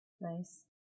Nice